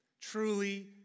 Truly